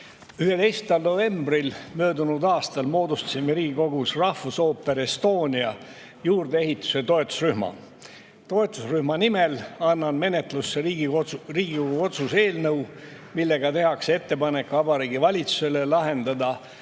11. novembril möödunud aastal moodustasime Riigikogus Rahvusooper Estonia juurdeehituse toetusrühma. Toetusrühma nimel annan menetlusse Riigikogu otsuse eelnõu, millega tehakse ettepanek Vabariigi Valitsusele leida